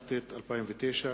התשס"ט 2009,